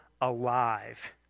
alive